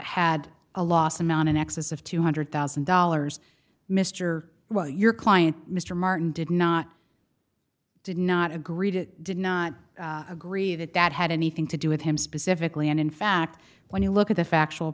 had a loss amount in excess of two hundred thousand dollars mr well your client mr martin did not did not agree to did not agree that that had anything to do with him specifically and in fact when you look at the factual